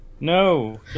No